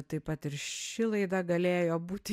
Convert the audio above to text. taip pat ir ši laida galėjo būti